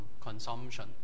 consumption